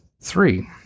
Three